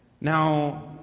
Now